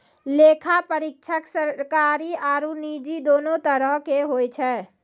लेखा परीक्षक सरकारी आरु निजी दोनो तरहो के होय छै